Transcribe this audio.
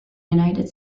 united